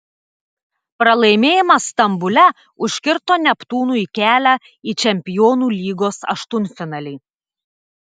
pralaimėjimas stambule užkirto neptūnui kelią į čempionų lygos aštuntfinalį